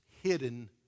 hidden